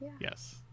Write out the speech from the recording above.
Yes